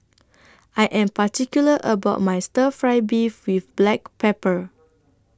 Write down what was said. I Am particular about My Stir Fry Beef with Black Pepper